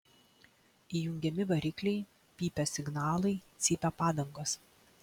įjungiami varikliai pypia signalai cypia padangos